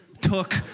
took